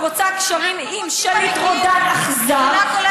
ורוצה קשרים עם שליט רודן אכזר,